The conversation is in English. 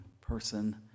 person